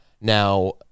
Now